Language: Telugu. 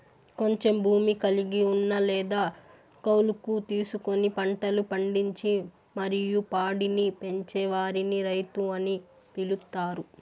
కొంచెం భూమి కలిగి ఉన్న లేదా కౌలుకు తీసుకొని పంటలు పండించి మరియు పాడిని పెంచే వారిని రైతు అని పిలుత్తారు